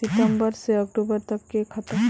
सितम्बर से अक्टूबर तक के खाता?